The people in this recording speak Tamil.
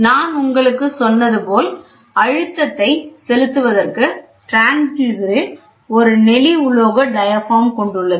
நான் உங்களுக்குச் சொன்னது போல் அழுத்தத்தை செலுத்துவதற்கு டிரான்ஸ்யூசர் ல் ஒரு நெளி உலோக டயாபிராம் கொண்டுள்ளது